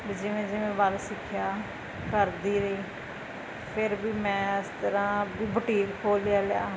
ਵੀ ਜਿਵੇਂ ਜਿਵੇਂ ਵਲ ਸਿੱਖਿਆ ਕਰਦੀ ਰਹੀ ਫਿਰ ਵੀ ਮੈਂ ਇਸ ਤਰ੍ਹਾਂ ਵੀ ਬਟੀਕ ਖੋਲ੍ਹ ਲਿਆ ਲਿਆ